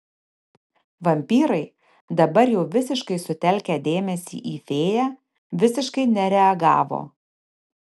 vampyrai dabar jau visiškai sutelkę dėmesį į fėją visiškai nereagavo